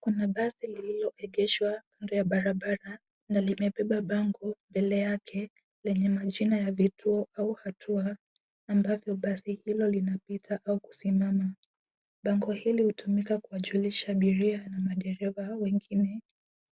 Kuna basi lililoegeshwa kando ya barabara na limebeba bango mbele yake lenye majina ya vituo au hatua ambavyo basi hilo linapita au kusimama. Bango hili hutumika kuwajulisha abiria na madereva wengine